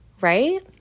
right